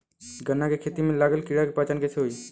गन्ना के खेती में लागल कीड़ा के पहचान कैसे होयी?